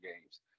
games